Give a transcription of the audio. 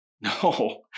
no